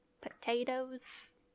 Potatoes